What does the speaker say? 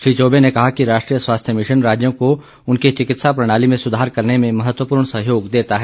श्री चौबे ने कहा कि राष्ट्रीय स्वास्थ्य मिशन राज्यों को उनकी चिकित्सा प्रणाली में सुधार करने में महत्वपूर्ण सहयोग देता है